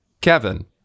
Kevin